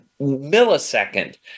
millisecond